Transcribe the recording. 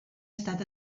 estat